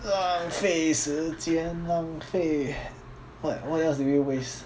浪费时间浪费 what what else did we waste